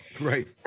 Right